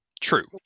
True